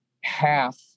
half